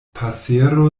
pasero